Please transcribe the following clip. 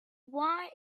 wine